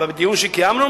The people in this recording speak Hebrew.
בדיון שקיימנו,